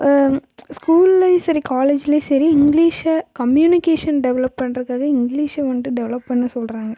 ஸ்கூல்லையும் சரி காலேஜ்லையும் சரி இங்கிலிஷை கம்யூனிகேஷன் டெவெலப் பண்ணுறதுக்காக இங்கிலிஷை வந்துட்டு டெவெலப் பண்ண சொல்கிறாங்க